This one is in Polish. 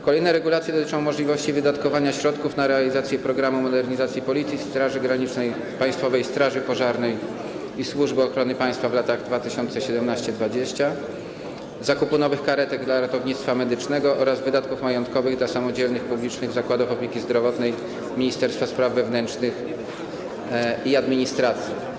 Kolejne regulacje dotyczą możliwości wydatkowania środków na realizację „Programu modernizacji Policji, Straży Granicznej, Państwowej Straży Pożarnej i Służby Ochrony Państwa w latach 2017-2020”, zakupu nowych karetek dla ratownictwa medycznego oraz wydatków majątkowych samodzielnych publicznych zakładów opieki zdrowotnej Ministerstwa Spraw Wewnętrznych i Administracji.